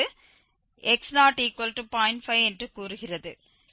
5 என்று கூறுகிறது